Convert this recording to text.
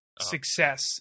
success